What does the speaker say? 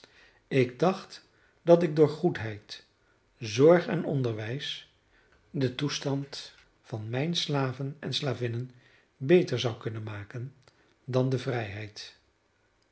vergulden ik dacht dat ik door goedheid zorg en onderwijs dan toestand van mijne slaven en slavinnen beter zou kunnen maken dan de vrijheid